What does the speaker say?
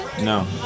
No